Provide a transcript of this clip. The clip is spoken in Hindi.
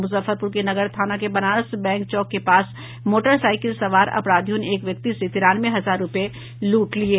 मुजफ्फरपुर के नगर थाना के बनारस बैंक चौक के पास मोटरसाईकिल सवार अपराधियों ने एक व्यक्ति से तिरानवे हजार रुपये लूट लिये